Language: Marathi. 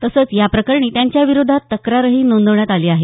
तसंच या प्रकरणी त्यांच्या विरोधात तक्रारही नोंदवण्यात आली आहे